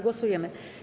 Głosujemy.